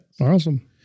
Awesome